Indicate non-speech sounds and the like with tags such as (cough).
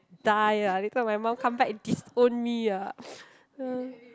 die ah later my mom come back disown me ah (noise)